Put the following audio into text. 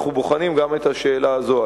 אנחנו בוחנים גם את השאלה הזאת,